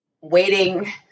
waiting